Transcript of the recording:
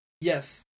Yes